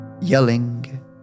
yelling